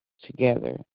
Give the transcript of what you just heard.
together